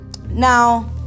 now